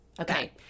Okay